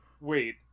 wait